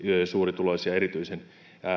suurituloisia erityisen